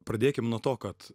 pradėkim nuo to kad